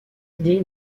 idée